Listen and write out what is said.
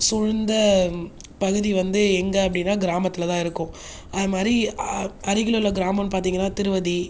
சூழ்ந்த பகுதி வந்து எங்கே அப்படின்னால் கிராமத்தில் தான் இருக்கும் அது மாதிரி அருகில் உள்ள கிராமம் பார்த்தீங்கன்னா திருவதி